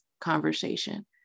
conversation